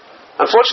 Unfortunately